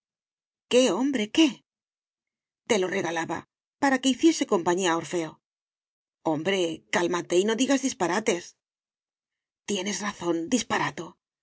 qué hombre qué te lo regalaba para que hiciese compañía a orfeo hombre cálmate y no digas disparates tienes razón disparato